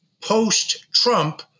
post-Trump